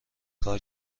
کار